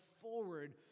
forward